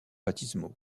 baptismaux